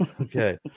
Okay